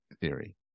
theory